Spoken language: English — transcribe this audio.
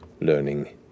learning